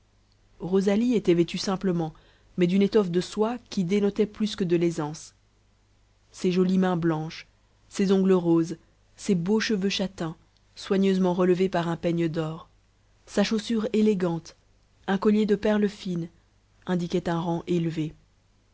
rosalie était vêtue simplement mais d'une étoffe de soie qui dénotait plus que de l'aisance ses jolies mains blanches ses ongles roses ses beaux cheveux châtains soigneusement relevés par un peigne d'or sa chaussure élégante un collier de perles fines indiquaient un rang élevé